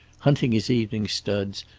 hunting his evening studs,